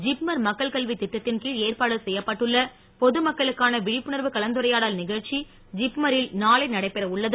G ப்மர் மக்கள் கல்வி திட்டத்தின் கிழ் ஏற்பாடு செய்யப்பட்டுள்ள பொதுமக்களுக்கான விழிப்புண ரீவு கலந்துரையாடல் நிகழ்ச்சி ஜிப்மாரில் நாளை நடைபெற உள்ளது